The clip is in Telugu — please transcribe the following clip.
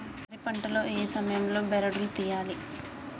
వరి పంట లో ఏ సమయం లో బెరడు లు తియ్యాలి?